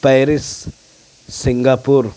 Paris Singapore